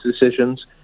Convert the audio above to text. decisions